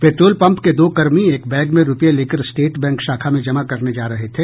petrol pump के दो कर्मी एक बैग में रुपये लेकर स्टेट बैंक शाखा में जमा करने जा रहे थे